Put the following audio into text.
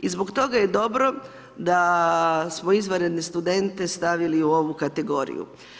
i zbog toga je dobro da smo izvanredne studente stavili u tu kategoriju.